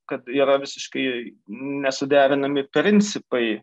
kad yra visiškai nesuderinami principai